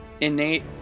innate